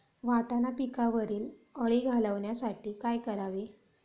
वाटाणा पिकावरील अळी घालवण्यासाठी काय करावे?